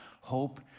Hope